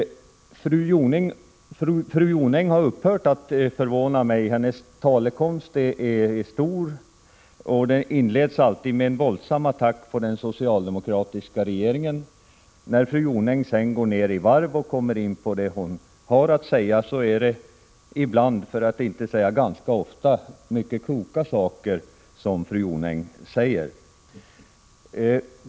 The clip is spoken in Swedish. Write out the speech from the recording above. Fru Jonäng har upphört att förvåna mig. Hennes talekonst är stor, och hennes anförande inleds alltid med en våldsam attack på den socialdemokratiska regeringen. När hon sedan går ner i varv och kommer in på det hon har att säga, är det ibland för att inte säga ganska ofta mycket kloka saker som fru Jonäng säger.